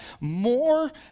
more